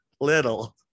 Little